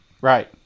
Right